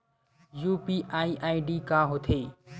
UPI ID का होथे?